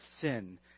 sin